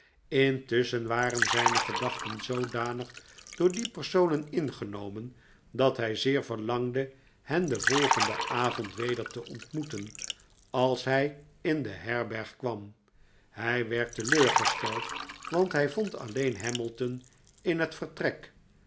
intusschen waren zijne gedachten zoodanig door die personen ingenomen dat hij zeer verlangde hen den volgenden avond weder te ontmoeten als hij in de herberg kwam hij werd teleurgesteld want hij vond alleen hamilton in het vertrek